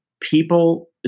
people